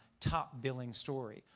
top billing story.